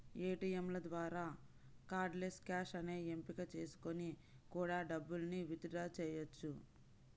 ఏటియంల ద్వారా cardless cash అనే ఎంపిక చేసుకొని కూడా డబ్బుల్ని విత్ డ్రా చెయ్యొచ్చు